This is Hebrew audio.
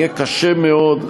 יהיה קשה מאוד,